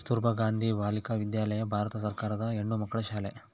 ಕಸ್ತುರ್ಭ ಗಾಂಧಿ ಬಾಲಿಕ ವಿದ್ಯಾಲಯ ಭಾರತ ಸರ್ಕಾರದ ಹೆಣ್ಣುಮಕ್ಕಳ ಶಾಲೆ